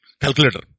calculator